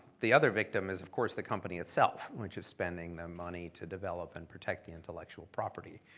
the other victim is, of course, the company itself, which is spending the money to develop, and protect the intellectual property.